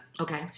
okay